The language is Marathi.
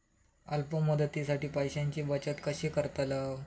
अल्प मुदतीसाठी पैशांची बचत कशी करतलव?